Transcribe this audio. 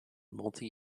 multi